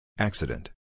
Accident